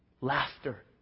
Laughter